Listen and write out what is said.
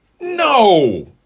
no